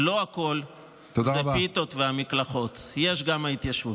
לא הכול זה הפיתות והמקלחות, יש גם ההתיישבות.